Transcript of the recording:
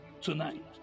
tonight